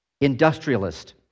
industrialist